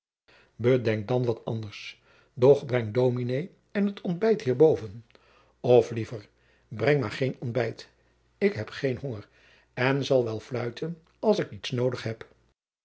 bedenk dan wat anders doch breng dominé en het ontbijt hier boven of liever breng maar geen ontbijt ik heb geen honger en zal wel fluiten als ik iets noodig heb